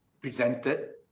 presented